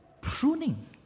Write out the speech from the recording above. pruning